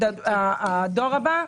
שהדור הבא,